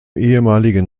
ehemaligen